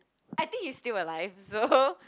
I think he's still alive so